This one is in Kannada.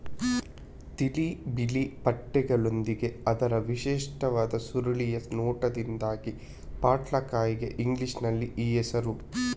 ತಿಳಿ ಬಿಳಿ ಪಟ್ಟೆಗಳೊಂದಿಗೆ ಅದರ ವಿಶಿಷ್ಟವಾದ ಸುರುಳಿಯ ನೋಟದಿಂದಾಗಿ ಪಟ್ಲಕಾಯಿಗೆ ಇಂಗ್ಲಿಷಿನಲ್ಲಿ ಈ ಹೆಸರು